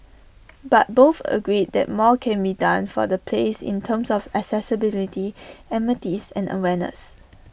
but both agreed that more can be done for the place in terms of accessibility amenities and awareness